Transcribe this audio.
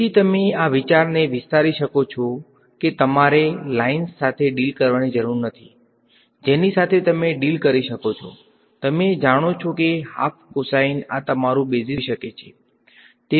તેથી તમે આ વિચારને વિસ્તારી શકો છો કે તમારે લાઇન્સ સાથે ડીલ કરવાની જરૂર નથી જેની સાથે તમે ડીલ કરી શકો છો તમે જાણો છો કે હાફ કોસાઈન આ તમારું બેઝિસ ફંક્શન હોઈ શકે છે